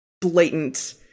blatant